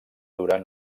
durar